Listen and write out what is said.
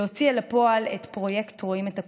להוציא אל הפועל את פרויקט "רואים את הקולות".